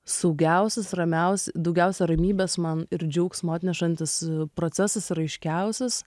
saugiausias ramiaus daugiausia ramybės man ir džiaugsmo atnešantis procesas ir aiškiausias